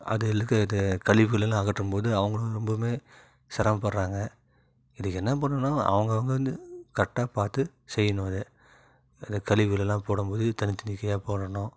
அதுலிருக்குறது கழிவுகள எல்லாம் அகற்றும் போது அவங்களும் ரொம்பவும் சிரமப்படுறாங்க இதுக்கு என்ன பண்ணணுனா அவங்க அவங்க வந்து கரெக்டாக பார்த்து செய்யணும் இது வேறு கழிவுகளலாம் போடும் போது தனித்தனி போடணும்